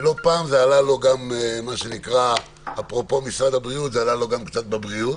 ולא פעם זה עלה לו אפרופו משרד הבריאות גם קצת בבריאות.